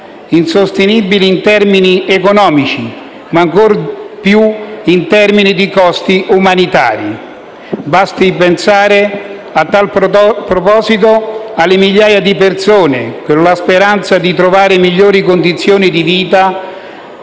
insostenibile in termini economici ma ancor più in termini di costi umanitari. Basti pensare, a tal proposito, alle migliaia di persone che, con la speranza di trovare migliori condizioni di vita,